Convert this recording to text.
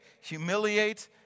humiliate